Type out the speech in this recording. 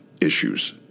Issues